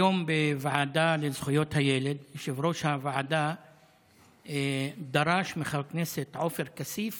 היום בוועדה לזכויות הילד יושב-ראש הוועדה דרש מחבר הכנסת עופר כסיף